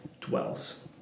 dwells